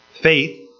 faith